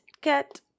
cat